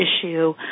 issue